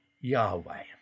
Yahweh